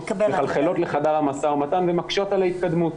מחלחלות למשא ומתן ומקשות על ההתקדמות,